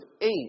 eight